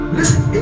Listen